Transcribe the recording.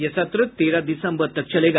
यह सत्र तेरह दिसम्बर तक चलेगा